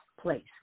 place